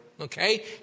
Okay